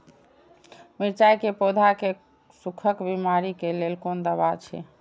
मिरचाई के पौधा के सुखक बिमारी के लेल कोन दवा अछि?